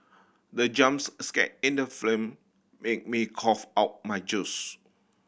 the jumps scare in the film made me cough out my juice